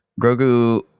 Grogu